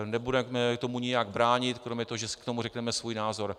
Nebudeme tomu nijak bránit kromě toho, že si k tomu řekneme svůj názor.